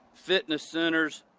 fitness centers,